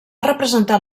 representat